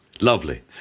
lovely